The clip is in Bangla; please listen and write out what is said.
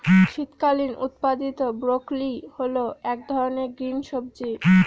শীতকালীন উৎপাদীত ব্রোকলি হল এক ধরনের গ্রিন সবজি